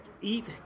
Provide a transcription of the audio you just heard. eat